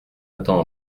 attend